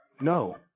No